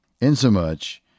insomuch